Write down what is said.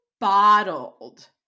bottled